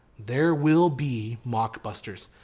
there will be mockbusters.